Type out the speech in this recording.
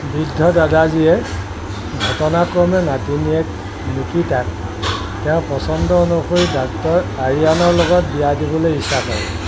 বৃদ্ধ দাদাজীয়ে ঘটনাক্ৰমে নাতিনীয়েক নিকিতাক তেওঁৰ পছন্দ অনুসৰি ডাক্তৰ আৰিয়ানৰ লগত বিয়া দিবলৈ ইচ্ছা কৰে